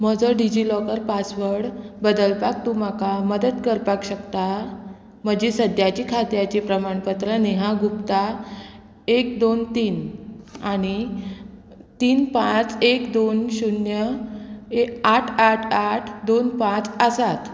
म्हजो DigiLocker password बदलपाक तूं म्हाका मदत करपाक शकता म्हजी सद्याच्या खात्याची प्रमाणपत्रां नेहा गुप्ता एक दोन तीन आनी तीन पांच एक दोन शुन्य आठ आठ आठ दोन पांच आसात